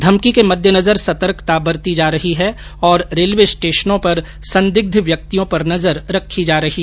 धमकी के मद्देनजर सतर्कता बरती जा रही हैं और रेलवे स्टेशनों पर संदिग्ध व्यक्तियों पर नजर रखी जा रही हैं